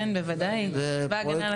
כן, בוודאי, צבא ההגנה לטבע.